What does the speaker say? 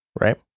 right